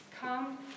come